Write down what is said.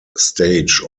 stage